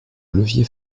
levier